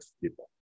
people